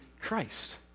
Christ